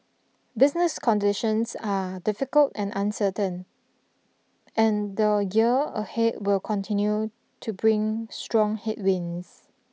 business conditions are difficult and uncertain and the year ahead will continue to bring strong headwinds